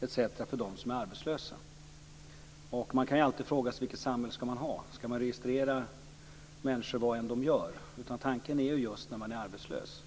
m.m. för dem som är arbetslösa. Man kan alltid fråga sig vilket samhälle man skall ha. Skall man registrera människor vad de än gör? Tanken är just att detta sker när man är arbetslös.